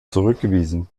zurückgewiesen